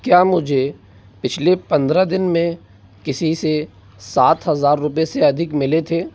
क्या मुझे पिछले पंद्रह दिन में किसी से सात हज़ार रुपये से अधिक मिले थे